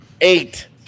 Eight